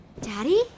Daddy